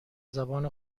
زبان